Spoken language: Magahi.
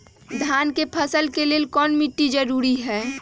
धान के फसल के लेल कौन मिट्टी जरूरी है?